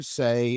say